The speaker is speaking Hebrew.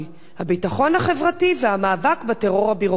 הביטחון החברתי והמאבק בטרור הביורוקרטי.